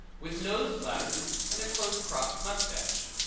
with nose glasses and a close-cropped mustache.